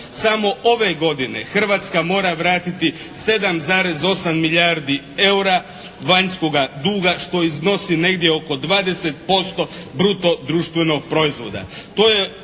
Samo ove godine Hrvatska mora vratiti 7,8 milijardi eura vanjskoga duga što iznosi negdje oko 20% bruto društvenog proizvoda.